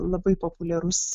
labai populiarus